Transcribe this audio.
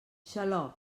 xaloc